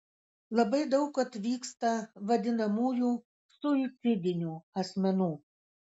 labai daug atvyksta vadinamųjų suicidinių asmenų